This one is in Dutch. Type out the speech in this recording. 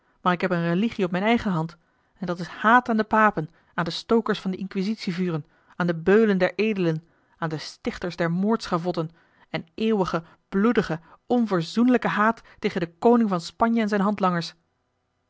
maar ik heb eene religie op mijne eigene hand en dat is haat aan de papen aan de stokers van de inquisitievuren aan de beulen der edelen aan de stichters der moordschavotten en eeuwige bloedige onverzoenlijke haat tegen den koning van spanje en zijne